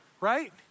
right